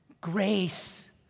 grace